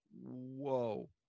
Whoa